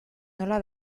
nola